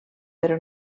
però